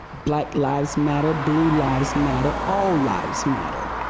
black lives matter. blue lives matter all lives matter.